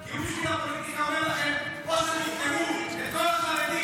כי הוא אומר לכם: או שתפטרו את כל החרדים או שאין לכם תקציב.